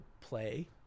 play